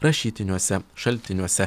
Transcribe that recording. rašytiniuose šaltiniuose